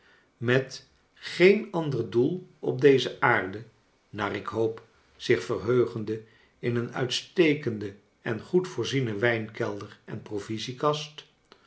met geen ander doel op deze aarde naar ik hoop zioh verheugende in een uitstekenden en goed voorzienen wijnkelder en